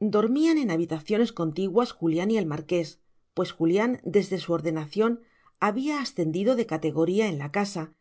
dormían en habitaciones contiguas julián y el marqués pues julián desde su ordenación había ascendido de categoría en la casa